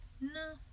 no